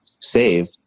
save